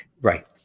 Right